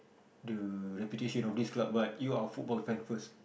the reputation of this club but you are a football fan first